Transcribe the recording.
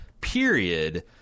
period